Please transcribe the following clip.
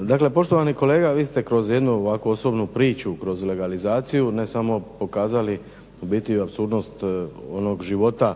Dakle, poštovani kolega vi ste kroz jednu ovako osobnu priču, kroz legalizaciju ne samo pokazali u biti apsurdnost onog života